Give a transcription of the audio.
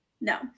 No